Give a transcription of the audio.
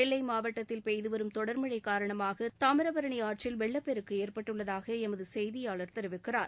நெல்லை மாவட்டத்தில் பெய்து வரும் தொடர் மழை காரணமாக தாமிரபரணி ஆற்றில் வெள்ளப்பெருக்கு ஏற்பட்டுள்ளதாக எமது செய்தியாளர் தெரிவிக்கிறார்